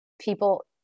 people